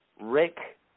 Rick